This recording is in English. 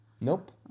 Nope